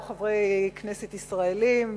לא חברי כנסת ישראלים,